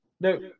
No